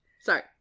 Sorry